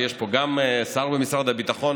ויש פה גם שר במשרד הביטחון